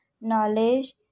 knowledge